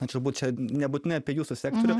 na turbūt čia nebūtinai apie jūsų sektorių